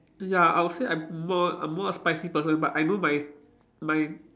ya I would say I'm more I'm more a spicy person but I know my my